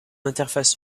interface